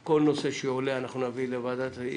כל נושא שעולה, אנחנו נביא לוועדה.